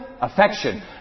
affection